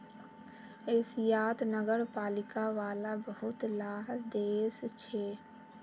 एशियात नगरपालिका वाला बहुत ला देश छे